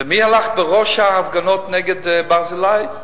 ומי הלך בראש ההפגנות נגד "ברזילי"?